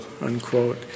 unquote